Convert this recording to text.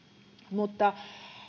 mutta